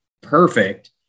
perfect